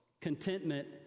contentment